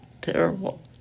terrible